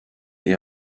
est